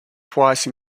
twice